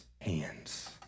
hands